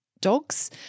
dogs